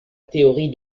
théorie